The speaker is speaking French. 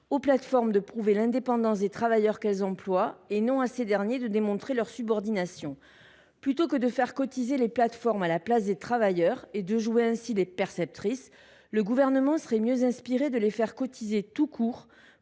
aux plateformes de prouver l’indépendance des travailleurs qu’elles emploient et non à ces derniers de démontrer leur subordination. Plutôt que de faire cotiser les plateformes à la place des travailleurs, et de les faire jouer ainsi les perceptrices, le Gouvernement serait mieux inspiré de les faire cotiser tout court